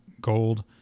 Gold